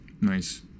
Nice